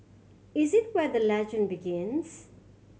it is where the legend begins